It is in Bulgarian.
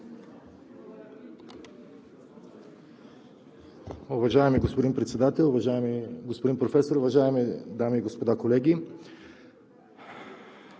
Уважаеми господин Председател, уважаеми господин професор, уважаеми дами и господа, колеги!